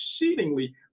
exceedingly